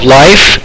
life